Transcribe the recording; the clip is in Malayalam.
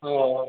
ആ